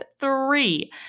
three